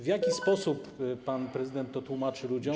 W jaki sposób pan prezydent to tłumaczy ludziom?